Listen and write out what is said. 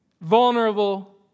vulnerable